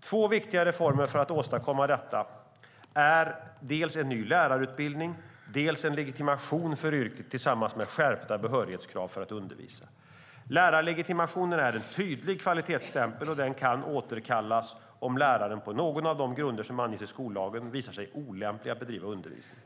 Två viktiga reformer för att åstadkomma detta är dels en ny lärarutbildning, dels en legitimation för yrket tillsammans med skärpta behörighetskrav för att undervisa. Lärarlegitimationen är en tydlig kvalitetsstämpel, och den kan återkallas om läraren på någon av de grunder som anges i skollagen visar sig olämplig att bedriva undervisning.